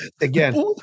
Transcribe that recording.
Again